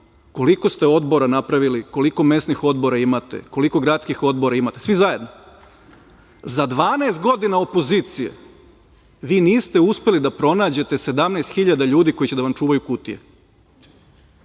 koliko ste odbora napravili, koliko mesnih odbora imate, koliko gradskih odbora imate, svi zajedno? Za 12 godina opozicije vi niste uspeli da pronađete 17.000 ljudi koji će da vam čuvaju kutije. To